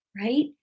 Right